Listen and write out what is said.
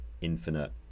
infinite